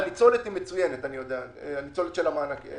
אני יודע שהניצולת של המענקים היא מצוינת.